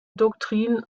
doktrin